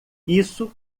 isso